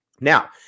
Now